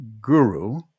guru